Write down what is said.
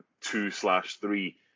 two-slash-three